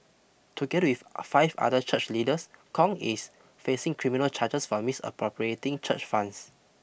together with five other church leaders Kong is facing criminal charges for misappropriating church funds